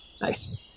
nice